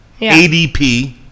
ADP